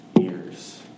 years